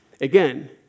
Again